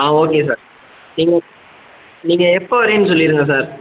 ஆ okay sir நீங்கள் நீங்கள் எப்போது வருவீங்கன்னு சொல்லிடுங்க சார்